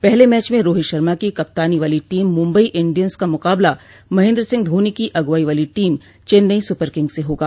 पहले मैच में रोहित शर्मा की कप्तानी वाली टीम मुंबई इंडियंस का मुकाबला महेंद्र सिंह धोनी की अगुवाई वाली टीम चेन्नई सूपरकिंग से होगा